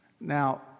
Now